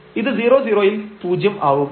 ഇത് 00 വിൽ പൂജ്യം ആവും